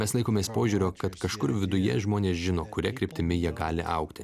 mes laikomės požiūrio kad kažkur viduje žmonės žino kuria kryptimi jie gali augti